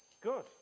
good